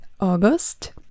August